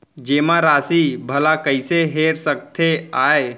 जेमा राशि भला कइसे हेर सकते आय?